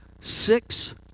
six